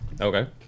Okay